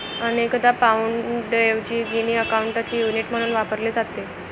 अनेकदा पाउंडऐवजी गिनी अकाउंटचे युनिट म्हणून वापरले जाते